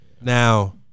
Now